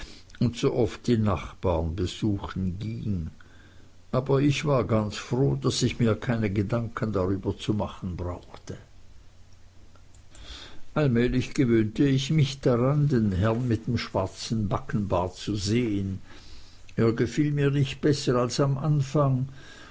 und so oft die nachbarn besuchen ging aber ich war ganz froh daß ich mir keine gedanken darüber zu machen brauchte allmählich gewöhnte ich mich daran den herrn mit dem schwarzen backenbart zu sehen er gefiel mir nicht besser als am anfang